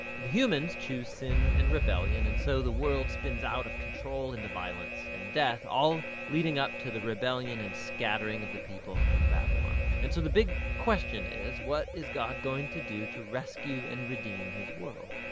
the humans choose sin and rebellion and so the world spins out of control into violence and death all leading up to the rebellion and scattering of the people in babylon. and so the big question is what is god going to do to rescue and redeem his world?